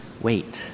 wait